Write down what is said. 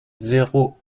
zéro